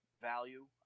value